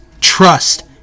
Trust